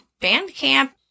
Bandcamp